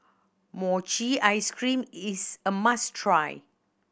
mochi ice cream is a must try